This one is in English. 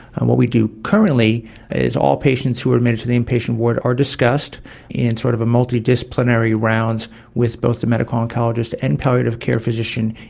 and what we do currently is all patients who are admitted to the inpatient ward are discussed in sort of multidisciplinary rounds with both the medical oncologist and palliative care physician,